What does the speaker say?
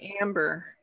Amber